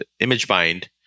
ImageBind